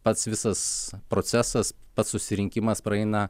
pats visas procesas pats susirinkimas praeina